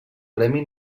premi